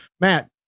Matt